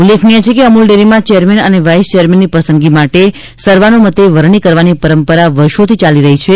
ઉલ્લેખનીય છે કે અમૂલ ડેરીમાં ચેરમેન અને વાઇસ ચેરમેનની પસંદગી માટે સર્વાનુમતે વરણી કરવાની પરંપરા વર્ષોથી ચાલી રહી છે